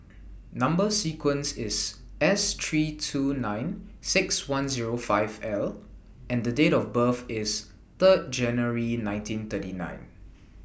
Number sequence IS S three two nine six one Zero five L and Date of birth IS three January nineteen thirty nine